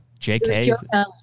JK